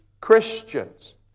Christians